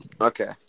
Okay